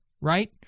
right